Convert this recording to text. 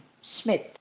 Smith